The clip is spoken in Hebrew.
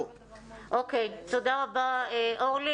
תודה רבה, אורלי.